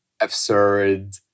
absurd